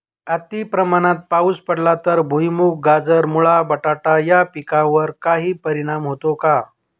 अतिप्रमाणात पाऊस पडला तर भुईमूग, गाजर, मुळा, बटाटा या पिकांवर काही परिणाम होतो का?